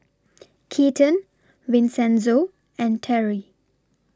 Keaton Vincenzo and Terri